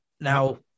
Now